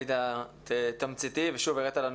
היית תמציתי והראית לנו